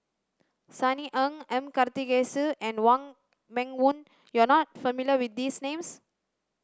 Sunny Ang M Karthigesu and Wong Meng Voon you are not familiar with these names